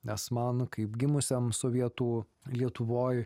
nes man kaip gimusiam sovietų lietuvoj